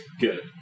good